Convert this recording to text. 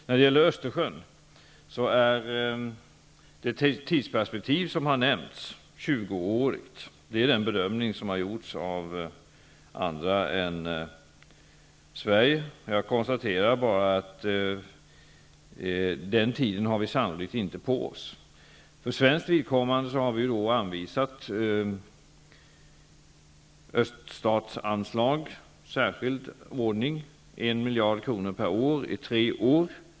När det gäller Östersjön är det tidsperspektiv som har nämnts 20-årigt; det är den bedömning som har gjorts av andra länder än Sverige. Jag konstaterar bara att vi sannolikt inte har den tiden på oss. För svenskt vidkommande har vi anvisat öststatsanslag i särskild ordning -- 1 miljard kronor per år i tre år.